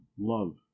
love